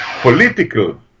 political